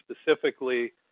specifically